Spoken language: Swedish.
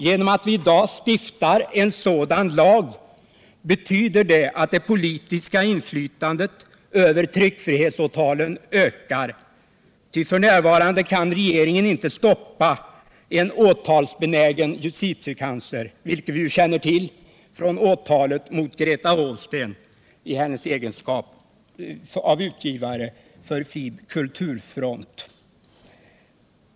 Genom att vi i dag stiftar en sådan lag ökar det politiska inflytandet över tryckfrihetsåtalen — f. n. kan regeringen nämligen inte stoppå en åtalsbenägen justitiekansler, vilket vi ju känner till från åtalet mot Greta Hofsten i hennes egenskap av ansvarig utgivare för FiB-Kulturfront.